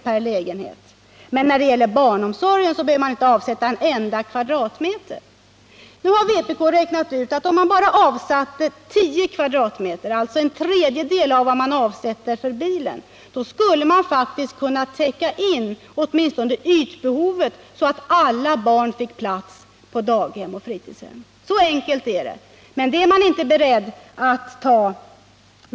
per lägenhet, men när det gäller barnomsorgen behöver man inte avsätta en enda kvadratmeter. Vpk har räknat ut att om man avsatte bara 10 m? — alltså en tredjedel av vad man avsätter för bilen — skulle man kunna täcka in åtminstone ytbehovet så att alla barn fick plats på daghem och fritidshem. Så enkelt är det. Men det steget är man inte beredd att ta.